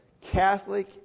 Catholic